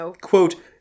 quote